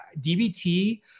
dbt